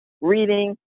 Reading